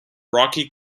rocky